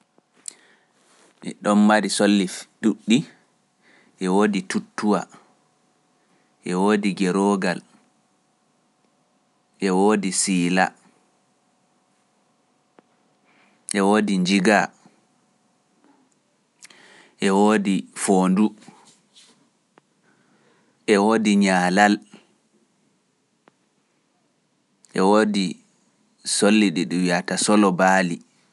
ɗon mari solli ɗuuɗɗi; e woodi tutuwa, e woodi gerogal, e woodi siila, e woodi njiga, e woodi foondu, e woodi ñaalal, e woodi solli ɗi ɗum wiyata solo baali.